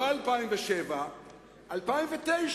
לא 2007, 2009,